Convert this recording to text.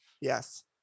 Yes